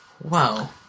Wow